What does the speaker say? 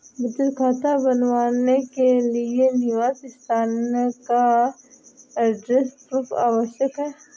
बचत खाता बनवाने के लिए निवास स्थान का एड्रेस प्रूफ आवश्यक है